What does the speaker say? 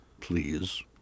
please